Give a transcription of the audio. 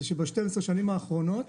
שב-12 השנים האחרונות